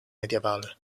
medievale